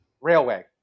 Railway